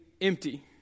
Empty